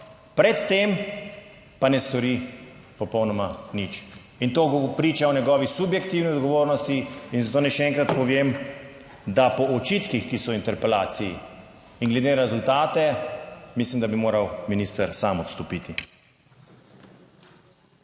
pred tem pa ne stori popolnoma nič. In to priča o njegovi subjektivni odgovornosti. In zato naj še enkrat povem, da po očitkih, ki so v interpelaciji in glede na rezultate, mislim, da bi moral minister sam odstopiti.